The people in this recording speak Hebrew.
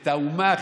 את האומה,